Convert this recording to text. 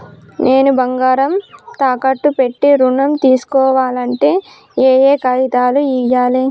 నేను బంగారం తాకట్టు పెట్టి ఋణం తీస్కోవాలంటే ఏయే కాగితాలు ఇయ్యాలి?